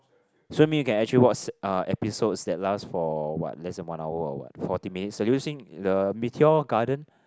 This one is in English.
so you mean you can actually uh episodes that last for what less than one hour or what forty minutes the Meteor Garden